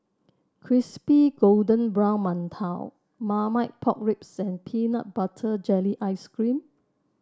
Crispy Golden Brown Mantou Marmite Pork Ribs and Peanut Butter Jelly Ice cream